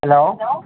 hello